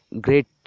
great